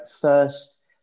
First